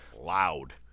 loud